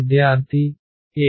విద్యార్థి A